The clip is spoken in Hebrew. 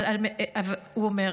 הוא אומר,